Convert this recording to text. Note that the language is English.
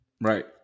Right